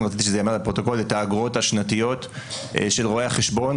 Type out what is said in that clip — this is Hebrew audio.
רציתי שזה ייאמר לפרוטוקול את האגרות השנתיות של רואי החשבון,